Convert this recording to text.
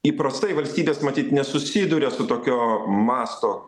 įprastai valstybės matyt nesusiduria su tokio masto